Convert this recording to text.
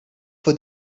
for